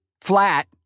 flat